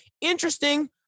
Interesting